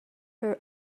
her